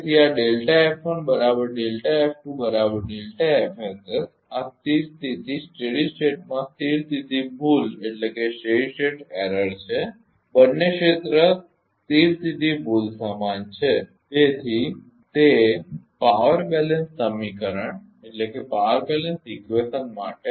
તેથી આ આ સ્થિર સ્થિતીમાં સ્થિર સ્થિતી ભૂલ છે બંને ક્ષેત્ર સ્થિર સ્થિતી ભૂલ સમાન છે તેથી તે પાવર બેલેન્સ સમીકરણ માટે